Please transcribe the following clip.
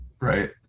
right